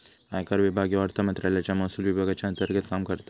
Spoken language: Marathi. आयकर विभाग ह्यो अर्थमंत्रालयाच्या महसुल विभागाच्या अंतर्गत काम करता